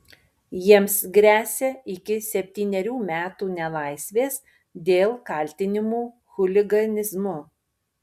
jiems gresia iki septynerių metų nelaisvės dėl kaltinimų chuliganizmu